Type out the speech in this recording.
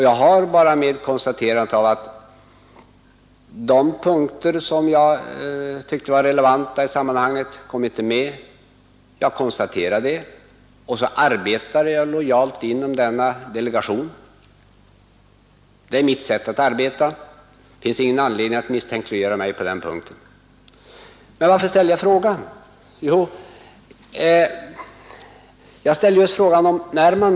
Jag konstaterade bara att de punkter som jag tyckte var relevanta i sammanhanget inte kom med, och så arbetade jag lojalt inom denna delegation. Det är mitt sätt att arbeta, och det finns ingen anledning att misstänkliggöra mig på den punkten. Varför ställde jag frågan?